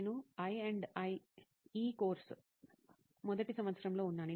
నేను I and E కోర్సుIE course మొదటి సంవత్సరంలో ఉన్నాను